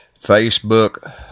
facebook